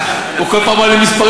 הוא כל פעם אומר מספרים,